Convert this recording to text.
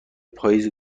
پاییز